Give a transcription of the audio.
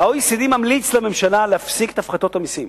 ה-OECD ממליץ לממשלה להפסיק את הפחתות המסים.